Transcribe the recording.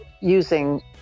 using